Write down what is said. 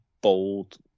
bold